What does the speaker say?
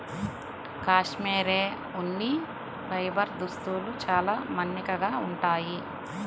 cashmere ఉన్ని fibre దుస్తులు చాలా మన్నికగా ఉంటాయి